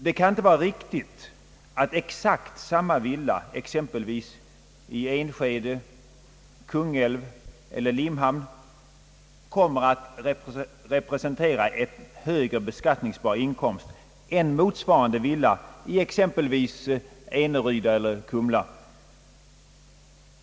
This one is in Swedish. Det kan inte vara riktigt att en villa i t.ex. Enskede, Kungälv eller Limhamn kommer att representera en högre beskattningsbar inkomst än exakt samma villa i t.ex. Eneryda eller Kumla.